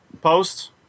Post